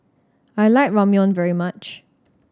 I like Ramyeon very much